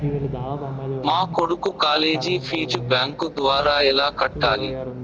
మా కొడుకు college fees bank ద్వారా ఎలా కట్టాలి?